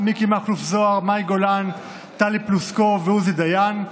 ואני אגיד לך יותר מזה.